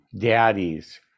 Daddies